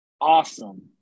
awesome